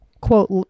quote